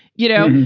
you know?